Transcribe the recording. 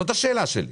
זאת השאלה שלי.